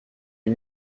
une